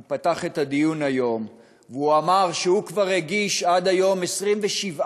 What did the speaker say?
הוא פתח את הדיון היום והוא אמר שהוא כבר הגיש עד היום 27,